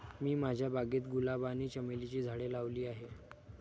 मी माझ्या बागेत गुलाब आणि चमेलीची झाडे लावली आहे